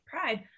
pride